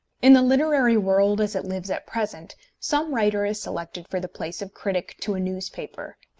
in the literary world as it lives at present some writer is selected for the place of critic to a newspaper,